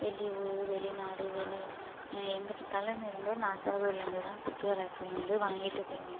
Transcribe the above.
வெளியூர் வெளிநாடு வெளி எங்கே பார்த்தாலும் இருந்து நாச்சியார் கோவில்ல இருந்துதான் குத்துவிளக்க வந்து வாங்கிட்டு போவாங்க